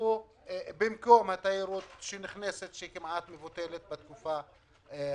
משהו במקום התיירות הנכנסת שכמעט מבוטלת בתקופה הזאת.